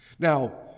Now